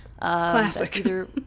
Classic